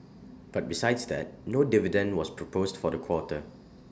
but besides that no dividend was proposed for the quarter